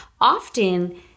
Often